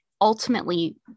ultimately